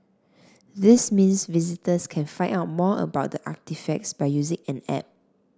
this means visitors can find out more about the artefacts by using an app